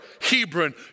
Hebron